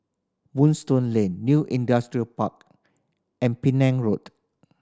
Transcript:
Moonstone Lane New Industrial Park and Penang Road